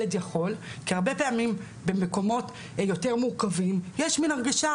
הרבה פעמים במקומות יותר מורכבים יש מין הרגשה,